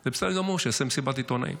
שזה בסדר גמור, שיעשה מסיבת עיתונאים,